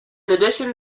addition